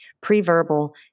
pre-verbal